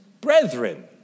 brethren